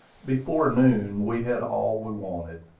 before noon we had all we wanted,